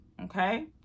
Okay